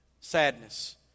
sadness